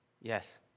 yes